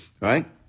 Right